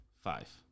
five